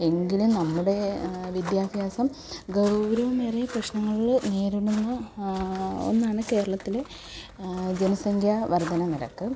എങ്കിലും നമ്മുടെ വിദ്യാഭ്യാസം ഗൗരവമേറിയ പ്രശ്നങ്ങള് നേരിടുന്ന ഒന്നാണ് കേരളത്തില് ജനസംഖ്യ വർദ്ധനനിരക്ക്